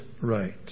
right